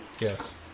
Yes